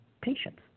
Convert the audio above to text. patients